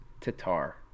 Tatar